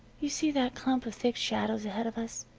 you see that clump of thick shadows ahead of us,